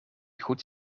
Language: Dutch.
goed